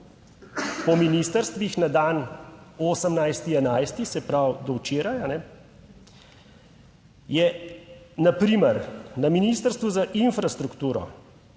po ministrstvih na dan 18. 11., se pravi do včeraj, je na primer na Ministrstvu za infrastrukturo